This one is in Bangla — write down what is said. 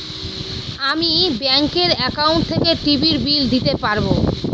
আমি ব্যাঙ্কের একাউন্ট থেকে টিভির বিল দিতে পারবো